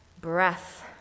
Breath